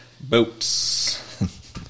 boats